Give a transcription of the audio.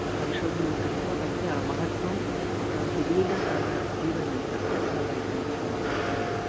संशोधनं कृत्वा तस्य महत्त्वं सुदीर्घकालजीवनञ्च प्रख्यापयितुम् इच्छामः आचार्याः